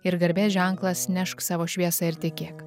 ir garbės ženklas nešk savo šviesą ir tikėk